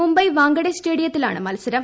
മുംബൈ വാങ്കഡൈ സ്റ്റേഡിയത്തിലാണ് മത്സരം